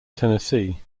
tennessee